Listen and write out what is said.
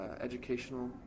educational